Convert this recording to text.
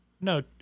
no